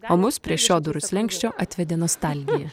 o mus prie šio durų slenksčio atvedė nostalgija